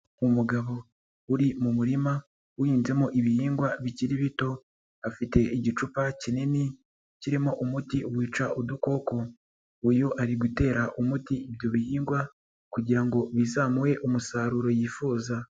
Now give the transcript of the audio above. Umugabo uri mu murima uhinzemo ibihingwa bikiri bito, afite igicupa kinini kirimo umuti wica udukoko. Uyu ari gutera umuti ibyo bihingwa, kugira ngo bizamuhe umusaruro yifuza.